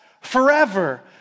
forever